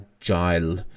agile